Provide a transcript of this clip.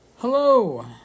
Hello